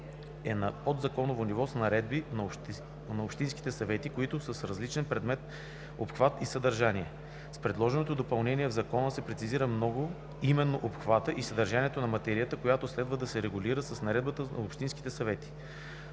е на подзаконово ниво с наредби на общинските съвети, които са с различен предметен обхват и съдържание. С предложеното допълнение в Закона се прецизират именно обхватът и съдържанието на материята, които следва да се регулират с наредбите на общинските съвети.